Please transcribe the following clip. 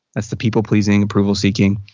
that's the people pleasing, approval seeking.